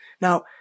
Now